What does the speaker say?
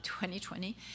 2020